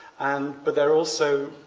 and but there are also,